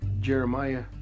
Jeremiah